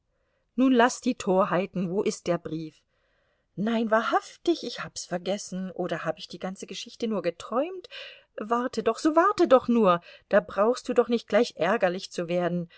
nun laß die torheiten wo ist der brief nein wahrhaftig ich hab's vergessen oder hab ich die ganze geschichte nur geträumt warte doch so warte doch nur da brauchst du doch nicht gleich ärgerlich zu werden